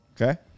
Okay